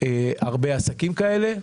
הפרק: